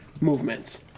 movements